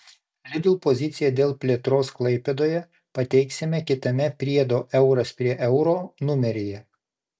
lidl poziciją dėl plėtros klaipėdoje pateiksime kitame priedo euras prie euro numeryje